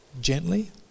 gently